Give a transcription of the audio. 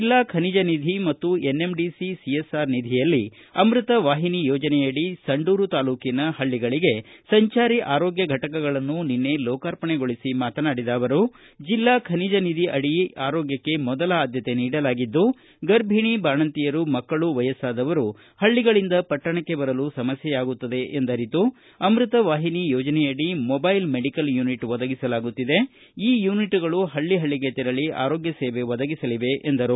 ಜಿಲ್ಲಾ ಖನಿಜ ನಿಧಿ ಮತ್ತು ಎನ್ಎಂಡಿಸಿ ಸಿಎಸ್ಆರ್ ನಿಧಿಯಲ್ಲಿ ಅಮೃತ ವಾಹಿನಿ ಯೋಜನೆಯಡಿ ಸಂಡೂರು ತಾಲ್ಲೂಕಿನ ಪಳ್ಳಿಗಳಿಗೆ ಸಂಜಾರಿ ಆರೋಗ್ಯ ಘಟಕಗಳನ್ನು ಲೋಕಾರ್ಪಣೆಗೊಳಿಸಿ ಮಾತನಾಡಿದ ಅವರು ಜಿಲ್ಲಾ ಖನಿಜ ನಿಧಿ ಅಡಿ ಆರೋಗ್ಲಕ್ಷೆ ಮೊದಲ ಆದ್ಯತೆ ನೀಡಲಾಗಿದ್ದು ಗರ್ಭಿಣಿ ಬಾಣಂತಿಯರು ಮಕ್ಕಳು ವಯಸ್ನಾದವರು ಹಳ್ಳಿಗಳಿಂದ ಪಟ್ಟಣಕ್ಷೆ ಬರಲು ಸಮಸ್ಕೆಯಾಗುತ್ತದೆ ಎಂದರಿತು ಅಮೃತವಾಹಿನಿ ಅಡಿ ಮೊಬೈಲ್ ಮೆಡಿಕಲ್ ಯೂನಿಟ್ ಒದಗಿಸಲಾಗುತ್ತಿದ್ದು ಈ ಯೂನಿಟ್ಗಳು ಹಳ್ಳಿ ಹಳ್ಳಿಗೆ ತೆರಳಿ ಆರೋಗ್ಯ ಸೇವೆ ಒದಗಿಸಲಿವೆ ಎಂದರು